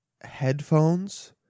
headphones